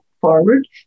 forward